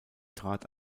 trat